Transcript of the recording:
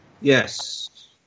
Yes